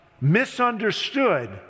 misunderstood